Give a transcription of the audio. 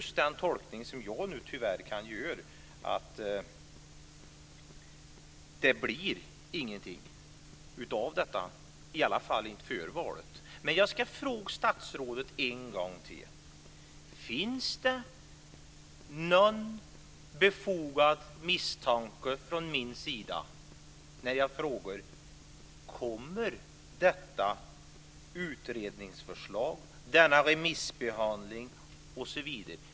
Den tolkning som jag nu tyvärr kan göra är att det inte blir någonting av detta, i alla fall inte före valet. Men jag ska fråga statsrådet en gång till: Finns det någon befogad misstanke från min sida? Kommer detta utredningsförslag, denna remissbehandling osv.?